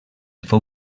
fou